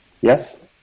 Yes